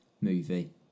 movie